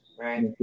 right